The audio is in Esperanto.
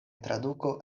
traduko